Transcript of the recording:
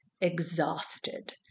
exhausted